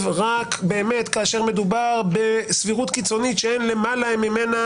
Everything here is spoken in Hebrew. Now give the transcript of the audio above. רק כאשר מדובר בסבירות קיצונית שאין למעלה ממנה,